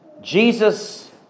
Jesus